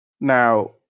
now